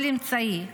כל אמצעי,